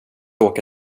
åka